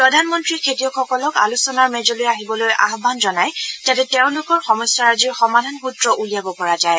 প্ৰধানমন্ত্ৰীয়ে খেতিয়কসকলক আলোচনাৰ মেজলৈ আহিবলৈ আহান জনায় যাতে তেওঁলোকৰ সমস্যাৰাজিৰ সমাধান সূত্ৰ উলিয়াব পৰা যায়